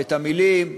את המילים,